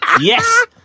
Yes